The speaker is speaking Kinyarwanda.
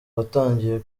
watangiye